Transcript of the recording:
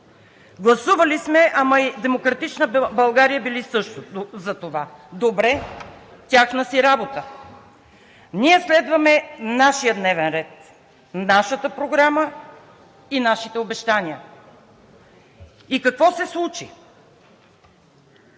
Гласували сме, ама и „Демократична България“ са били също за това – добре, тяхна си работа. Ние следваме нашия дневен ред, нашата програма и нашите обещания. Какво се случи?